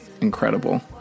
incredible